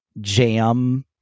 jam